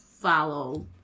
follow